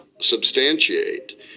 substantiate